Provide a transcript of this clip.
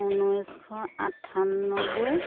ঊনৈছশ আঠান্নব্বৈ